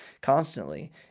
constantly